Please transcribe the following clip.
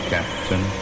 Captain